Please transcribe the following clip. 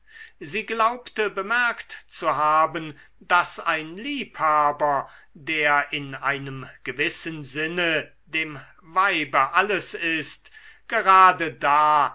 sie glaubte bemerkt zu haben daß ein liebhaber der in einem gewissen sinne dem weibe alles ist gerade da